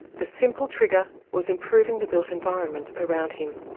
the simple trigger was improving the built environment around him.